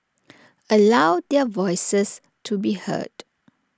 allow their voices to be heard